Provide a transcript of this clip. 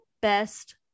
best